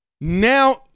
now